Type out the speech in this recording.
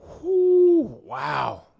Wow